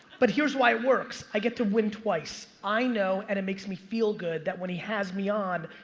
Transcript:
but here's why it works. i get to win twice. i know, and it makes me feel good that when he has me on,